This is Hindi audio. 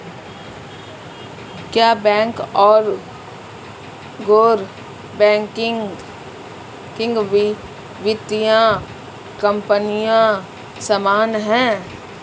क्या बैंक और गैर बैंकिंग वित्तीय कंपनियां समान हैं?